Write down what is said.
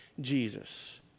Jesus